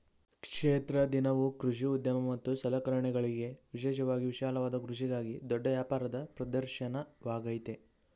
ಕ್ಷೇತ್ರ ದಿನವು ಕೃಷಿ ಉದ್ಯಮ ಮತ್ತು ಸಲಕರಣೆಗಳಿಗೆ ವಿಶೇಷವಾಗಿ ವಿಶಾಲವಾದ ಕೃಷಿಗಾಗಿ ದೊಡ್ಡ ವ್ಯಾಪಾರದ ಪ್ರದರ್ಶನವಾಗಯ್ತೆ